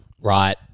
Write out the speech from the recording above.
right